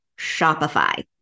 Shopify